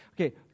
okay